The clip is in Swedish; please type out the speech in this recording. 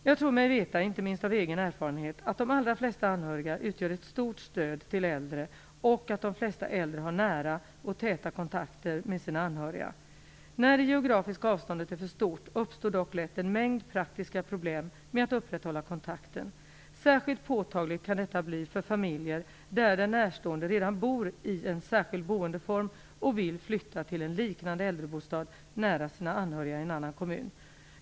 Jag tror mig veta, inte minst av egen erfarenhet, att de allra flesta anhöriga utgör ett stort stöd till äldre och att de flesta äldre har nära och täta kontakter med sina anhöriga. När det geografiska avståndet är för stort uppstår dock lätt en mängd praktiska problem med att upprätthålla kontakten. Särskilt påtagligt kan detta bli för familjer där den närstående redan bor i en särskild boendeform och vill flytta till en liknande äldrebostad nära sina anhöriga i en annan kommun.